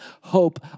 hope